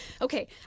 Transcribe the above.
okay